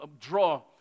draw